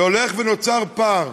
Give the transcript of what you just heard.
והולך ונוצר פער,